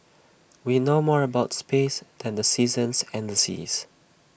we know more about space than the seasons and the seas